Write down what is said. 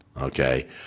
okay